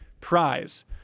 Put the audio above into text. Prize